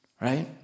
right